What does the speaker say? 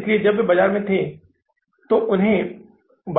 इसलिए जब वे बाजार में थे तो उन्हें